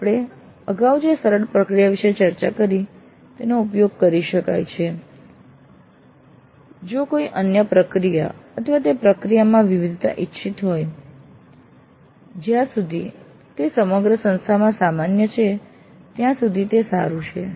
આપણે અગાઉ જે સરળ પ્રક્રિયા વિષે ચર્ચા કરી તેનો ઉપયોગ કરી શકાય છે જો કોઈ અન્ય પ્રક્રિયા અથવા તે પ્રક્રિયામાં વિવિધતા ઇચ્છિત હોય જ્યાં સુધી તે સમગ્ર સંસ્થામાં સામાન્ય છે ત્યાં સુધી તે સારું છે